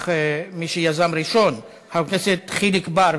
יפתח מי שיזם ראשון, חבר הכנסת חיליק בר.